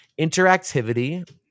interactivity